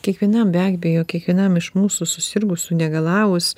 kiekvienam be abejo kiekvienam iš mūsų susirgus sunegalavus